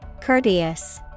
courteous